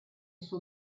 suo